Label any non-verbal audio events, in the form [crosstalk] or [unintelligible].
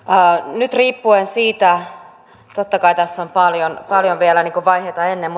nyt riippuen siitä totta kai tässä on paljon vielä vaiheita ennen [unintelligible]